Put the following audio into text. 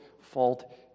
fault